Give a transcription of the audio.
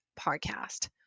podcast